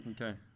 Okay